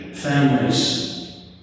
families